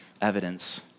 evidence